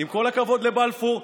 עם כל הכבוד לבלפור,